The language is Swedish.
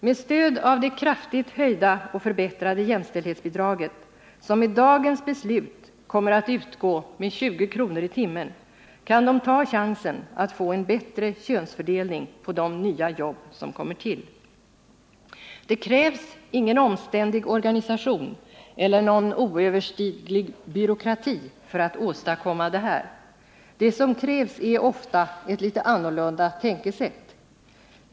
Med stöd av det kraftigt höjda och förbättrade jämställdhetsbidraget, som med dagens beslut kommer att utgå med 20 kr. i timmen, kan de ta chansen att få en bättre könsfördelning på de nya jobb som kommer till. Det krävs ingen omständlig organisation eller någon oöverstiglig byråkrati för att åstadkomma detta — det som krävs är ofta ett litet annorlunda tänkesätt.